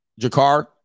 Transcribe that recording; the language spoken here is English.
Jakar